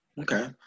Okay